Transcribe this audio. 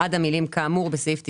עד המילים "כאמור בסעיף 96"